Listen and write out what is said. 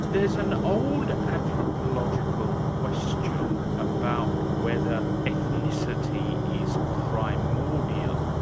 there's an old anthropological question about whether ethnicity is primordial